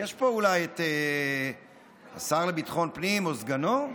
יש פה אולי את השר לביטחון הפנים או סגנו?